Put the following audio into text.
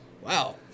wow